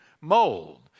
mold